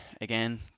Again